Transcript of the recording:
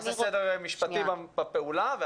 נעשה סדר משפטי בפעולה.